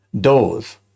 doors